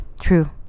True